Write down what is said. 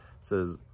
says